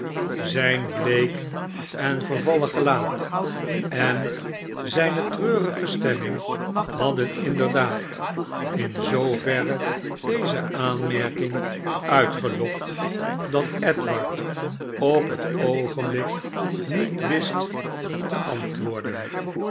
zijn bleek en vervallen gelaat en zijne treurige stemming hadden inderdaad in zooverre deze aanmerking uitgelokt dat edward op het oogenblik niet wist te antwoorden